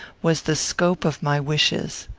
was the scope of my wishes.